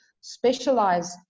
specialized